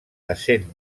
essent